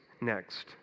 next